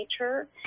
nature